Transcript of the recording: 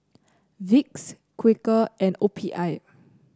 Vicks Quaker and O P I